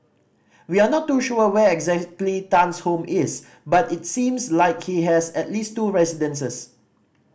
we are not too sure where exactly Tan's home is but it seems like he has at least two residences